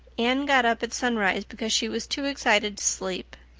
anne got up at sunrise because she was too excited to sleep.